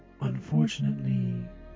Unfortunately